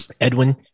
Edwin